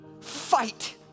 Fight